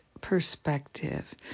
perspective